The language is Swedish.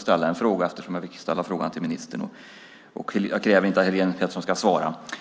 ställa en fråga, eftersom jag fick ställa frågan till ministern. Jag kräver inte att Helén Pettersson ska svara.